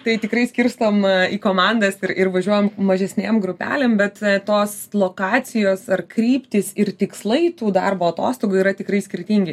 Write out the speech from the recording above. tai tikrai skirstom į komandas ir ir važiuojam mažesnėm grupelėm bet tos lokacijos ar kryptys ir tikslai tų darbo atostogų yra tikrai skirtingi